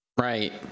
Right